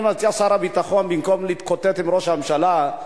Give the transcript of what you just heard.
אני מציע לשר הביטחון שבמקום להתקוטט עם ראש הממשלה,